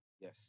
Yes